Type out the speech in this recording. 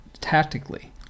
tactically